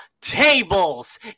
tables